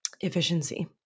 Efficiency